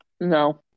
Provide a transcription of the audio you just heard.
No